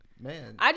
man